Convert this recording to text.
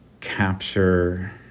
capture